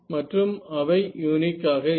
மற்றும் அவை யூனிக் ஆக இருக்கும்